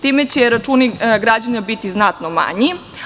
Time će računi građana biti znatno manji.